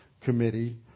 Committee